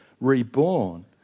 reborn